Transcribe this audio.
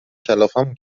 کلافمون